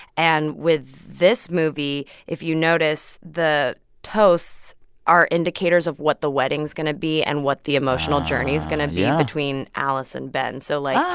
and with this movie, if you notice, the toasts are indicators of what the wedding's going to be and what the emotional journey's going to be. yeah. between alice and ben. so, like, yeah